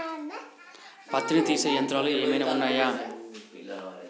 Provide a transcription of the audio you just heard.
పత్తిని తీసే యంత్రాలు ఏమైనా ఉన్నయా?